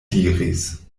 diris